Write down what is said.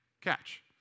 catch